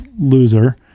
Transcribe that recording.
loser